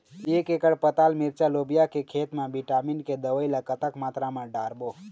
एक एकड़ पताल मिरचा लोबिया के खेत मा विटामिन के दवई ला कतक मात्रा म डारबो?